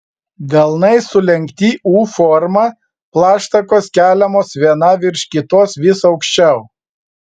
delnai sulenkti u forma plaštakos keliamos viena virš kitos vis aukščiau